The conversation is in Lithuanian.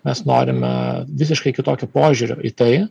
mes norime visiškai kitokio požiūrio į tai